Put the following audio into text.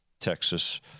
Texas